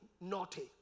naughty